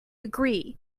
agree